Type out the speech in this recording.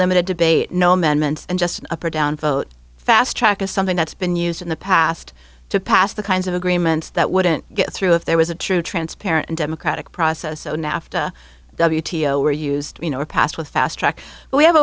limited debate no amendments and just an up or down vote fast track is something that's been used in the past to pass the kinds of agreements that wouldn't get through if there was a true transparent and democratic process so nafta were used you know